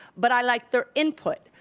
but i like their input.